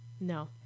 No